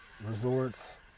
resorts